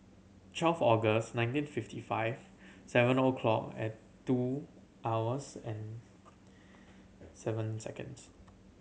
twelve August nineteen fifty five seven o'clock at two hours and seven seconds